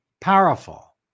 powerful